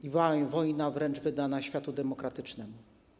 To wojna wręcz wydana światu demokratycznemu.